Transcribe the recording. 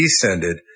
descended